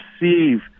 receive